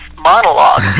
monologue